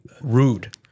Rude